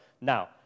Now